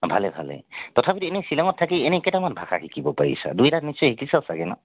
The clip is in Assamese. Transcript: ভালে ভালে তথাপিতো এনে শ্বিলঙত থাকি এনে কেইটামান ভাষা শিকিব পাৰিছা দুই এটা নিশ্চয় শিকিছা চাগৈ ন'